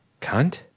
Cunt